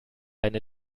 eine